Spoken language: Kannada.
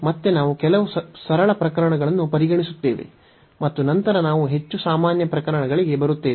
ಮತ್ತೆ ನಾವು ಕೆಲವು ಸರಳ ಪ್ರಕರಣಗಳನ್ನು ಪರಿಗಣಿಸುತ್ತೇವೆ ಮತ್ತು ನಂತರ ನಾವು ಹೆಚ್ಚು ಸಾಮಾನ್ಯ ಪ್ರಕರಣಗಳಿಗೆ ಬರುತ್ತೇವೆ